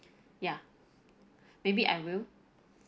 ya maybe I will